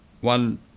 one